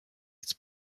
its